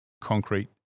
concrete